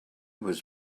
was